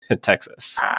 Texas